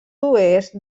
oest